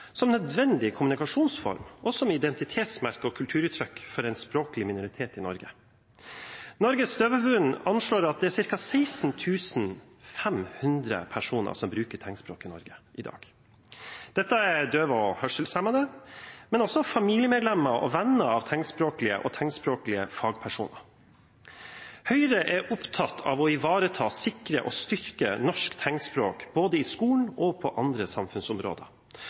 som en nødvendig kommunikasjonsform, og som identitetsmerke og kulturuttrykk for en språklig minoritet i Norge. Norges Døveforbund anslår at det er ca. 16 500 personer som bruker tegnspråk i Norge i dag. Dette er døve og hørselshemmede, men også familiemedlemmer og venner av tegnspråklige og tegnspråklige fagpersoner. Høyre er opptatt av å ivareta, sikre og styrke norsk tegnspråk, både i skolen og på andre samfunnsområder.